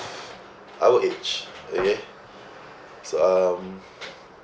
of our age okay so um